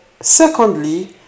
secondly